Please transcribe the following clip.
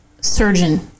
surgeon